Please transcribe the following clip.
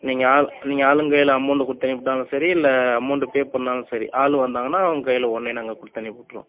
நீங்கள் ஆள் நீங்கள் ஆளுங்க கையில் அமௌண்ட் கொடுத்து அனுப்பிவிட்டாலும் சரி இல்லை அமௌண்டு பே பண்ணாலும் சரி ஆள் வந்தாங்கன்னா அவங்க கையில் உடனே நாங்கள் கொடுத்து அனுப்பிவிட்ருவோம்